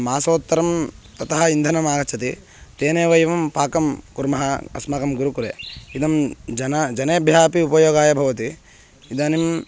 मासोत्तरं ततः इन्धनम् आगच्छति तेनैव एवं पाकं कुर्मः अस्माकं गुरुकुले इदं जनेभ्यः जनेभ्यः अपि उपयोगाय भवति इदानीं